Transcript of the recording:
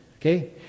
okay